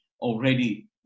already